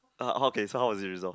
uh okay so how was it resolved